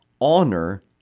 honor